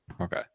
Okay